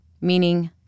meaning